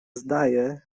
zdaje